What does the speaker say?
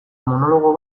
monologo